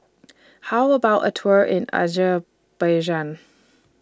How about A Tour in Azerbaijan